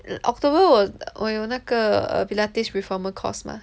in October 我我有那个 pilates reformer course mah